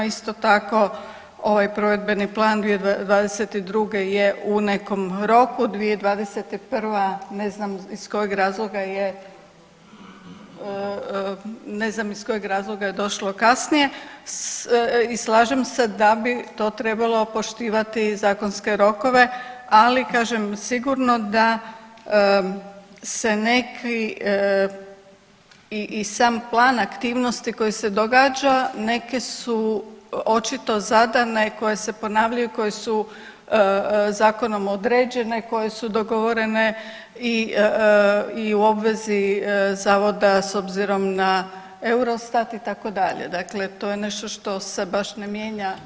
Isto tako ovaj provedbeni plan 2022. je u nekom roku, 2021. ne znam iz kojeg razloga je, ne znam iz kojeg razloga je došlo kasnije i slažem se da bi to trebalo poštivati zakonske rokove, ali kažem sigurno da se neki i sam plan aktivnosti koji se događa, neke su očito zadane koje se ponavljaju, koje su zakonom određene, koje su dogovorene i, i u obvezi zavoda s obzirom na Eurostat itd., dakle to je nešto što se baš ne mijenja svaki dan.